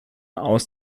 aus